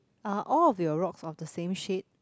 are all of the rocks of the same shade